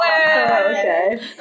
okay